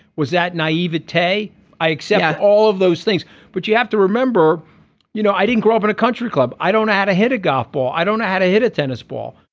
was that naive. tay i accept all of those things but you have to remember you know i didn't grow up in a country club. i don't know how to hit a golf ball. i don't know how to hit a tennis ball.